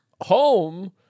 home